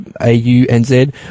A-U-N-Z